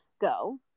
go